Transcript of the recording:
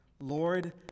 Lord